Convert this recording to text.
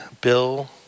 Bill